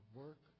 work